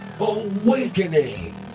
Awakening